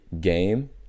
game